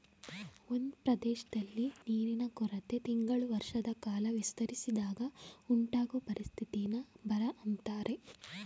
ಒಂದ್ ಪ್ರದೇಶ್ದಲ್ಲಿ ನೀರಿನ ಕೊರತೆ ತಿಂಗಳು ವರ್ಷದಕಾಲ ವಿಸ್ತರಿಸಿದಾಗ ಉಂಟಾಗೊ ಪರಿಸ್ಥಿತಿನ ಬರ ಅಂತಾರೆ